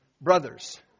brothers